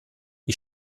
wie